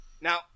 Now